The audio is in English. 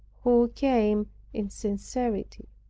who came in sincerity.